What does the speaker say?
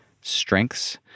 strengths